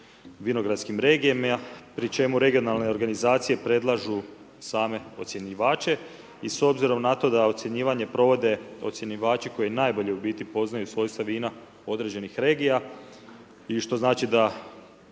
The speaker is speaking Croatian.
vinogradskim regijama pri čemu regionalne organizacije predlažu same ocjenjivače i s obzirom na tom da ocjenjivanje provode ocjenjivači koji najbolje u biti poznaju svojstva vina određenih regija i što znači da